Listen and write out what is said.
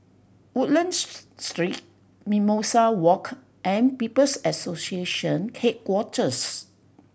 Woodlands Street Mimosa Walk and People's Association Headquarters